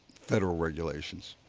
federal regulations.